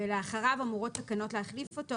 ולאחריו אמורות תקנות להחליף אותו.